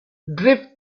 drift